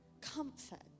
comfort